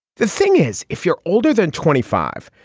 the thing is, if you're older than twenty five,